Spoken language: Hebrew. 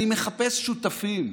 אני מחפש שותפים.